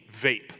vape